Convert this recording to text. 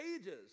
ages